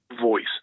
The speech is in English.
voice